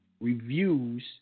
Reviews